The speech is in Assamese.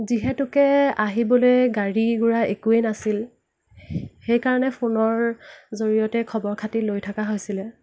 যিহেতুকে আহিবলৈ গাড়ী গোৰা একোৱেই নাছিল সেই কাৰণে ফোনৰ জৰিয়তে খবৰ খাতি লৈ থকা হৈছিলে